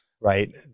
right